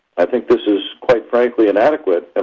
i think this is, quite frankly, inadequate, and